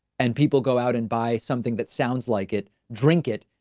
and people go out and buy something that sounds like it, drink it.